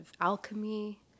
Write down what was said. alchemy